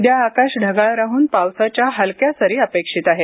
उद्या आकाश ढगाळ राहून पावसाच्या हलक्या सरी अपेक्षित आहेत